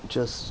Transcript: just